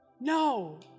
No